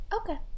Okay